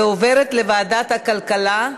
לוועדת המדע והטכנולוגיה נתקבלה.